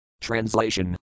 Translation